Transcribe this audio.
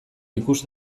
ikus